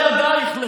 במו ידייך,